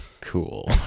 Cool